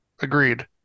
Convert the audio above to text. Agreed